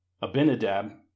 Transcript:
Abinadab